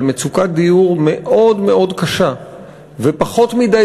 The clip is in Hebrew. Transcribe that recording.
על מצוקת דיור מאוד מאוד קשה ופחות מדי